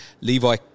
Levi